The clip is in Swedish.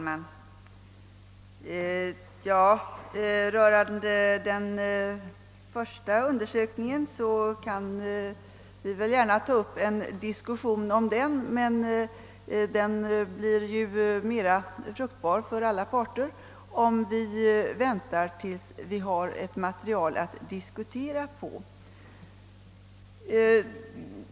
Herr talman! Naturligtvis kan vi gärna ta upp en diskussion om den första undersökningen, men diskussionen blir ju mera fruktbar för alla parter om vi väntar tills vi har ett material att utgå från.